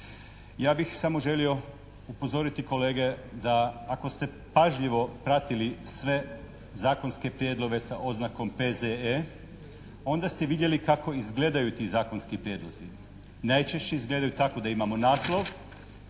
Ja bih samo želio upozoriti kolege da ako ste pažljivo pratili sve zakonske prijedloge sa oznakom P.Z.E. onda ste vidjeli kako izgledaju ti zakonski prijedlozi. Najčešće izgledaju tako da imamo naslov